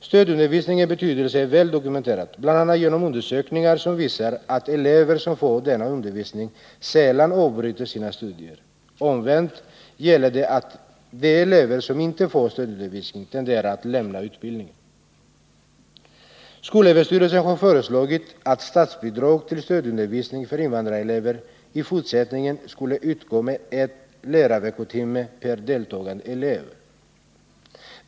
Stödundervisningens betydelse är väl dokumenterad, bl.a. genom undersökningar som visar att elever som får denna undervisning sällan avbryter sina studier. Omvänt gäller att de elever som inte får stödundervisning tenderar att lämna utbildningen. Skolöverstyrelsen har föreslagit att statsbidrag till stödundervisning för invandrarelever i fortsättningen skulle utgå med 1 lärarveckotimme per deltagande elev.